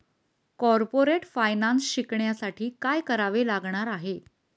Corporate finance शिकण्यासाठी काय करावे लागणार आहे?